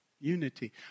Unity